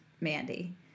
Mandy